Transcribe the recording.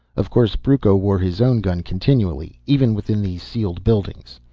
of course brucco wore his own gun continually, even within the sealed buildings.